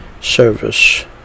service